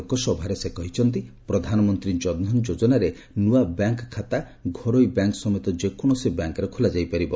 ଲୋକସଭାରେ ସେ କହିଛନ୍ତି ପ୍ରଧାନମନ୍ତ୍ରୀ ଜନଧନ ଯୋଜନାରେ ନୂଆ ବ୍ୟାଙ୍କ ଖାତା ଘରୋଇ ବ୍ୟାଙ୍କ ସମେତ ଯେକୌଣସି ବ୍ୟାଙ୍କରେଖୋଲାଯାଇପାରିବ